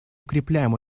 укрепляем